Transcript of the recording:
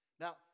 Now